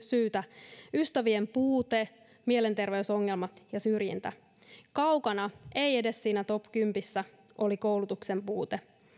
syytä ystävien puute mielenterveysongelmat ja syrjintä kaukana ei edes siinä top kympissä oli koulutuksen puute